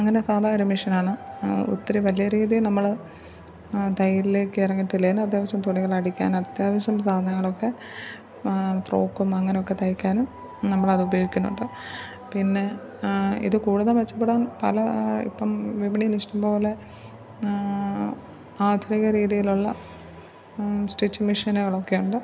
അങ്ങനെ സാദാ ഒരു മെഷീനാണ് ഒത്തിരി വലിയ രീതിയില് നമ്മള് തയ്യലിലേക്ക് ഇറങ്ങത്തില്ലേലും അത്യാവശ്യം തുണികൾ അടിക്കാനും അത്യാവശ്യം സാധനങ്ങളൊക്കെ ഫ്രോക്കും അങ്ങനെയൊക്കെ തൈക്കാനും നമ്മളതുപയോഗിക്കുന്നുണ്ട് പിന്നെ ഇത് കൂടുതൽ മെച്ചപ്പെടാൻ പല ഇപ്പോള് വിപണിയിൽ ഇഷ്ടം പോലെ ആധുനിക രീതിയിലുള്ള സ്റ്റിച്ചിങ് മെഷീനുകളൊക്കെയുണ്ട്